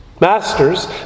Masters